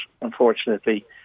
unfortunately